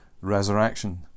resurrection